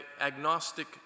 agnostic